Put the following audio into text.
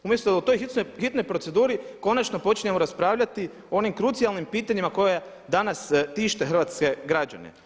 Umjesto da u toj hitnoj proceduri konačno počnemo raspravljati o onim krucijalnim pitanjima koja danas tište hrvatske građane.